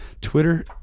Twitter